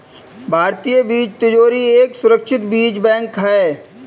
भारतीय बीज तिजोरी एक सुरक्षित बीज बैंक है